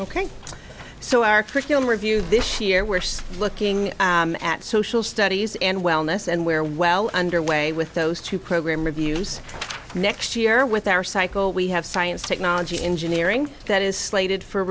ok so our curriculum review this year we're still looking at social studies and wellness and where well underway with those two program reviews next year with our cycle we have science technology engineering that is slated for